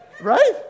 right